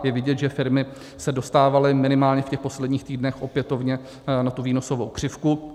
Je vidět, že firmy se dostávaly minimálně v posledních týdnech opětovně na tu výnosovou křivku.